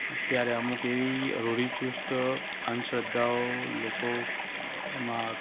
અત્યારે અમુક એવી રૂઢિચુસ્ત અંધ શ્રદ્ધાઓ લોકો એમાં